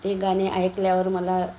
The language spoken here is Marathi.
ते गाणे ऐकल्यावर मला